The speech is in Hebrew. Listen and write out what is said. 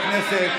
הכנסת,